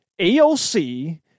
AOC